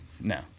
no